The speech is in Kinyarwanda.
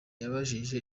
yabajije